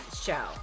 Show